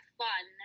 fun